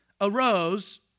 arose